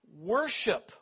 worship